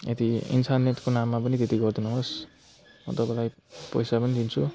यति इन्सानियतको नाममा पनि त्यति गरिदिनु होस् म तपाईँलाई पैसा पनि दिन्छु